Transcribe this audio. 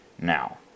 Now